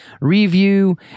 review